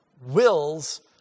wills